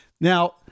Now